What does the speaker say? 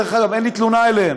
דרך אגב, אין לי תלונה אליהן.